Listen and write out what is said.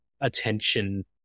attention